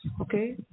okay